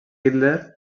hitler